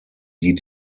die